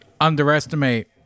underestimate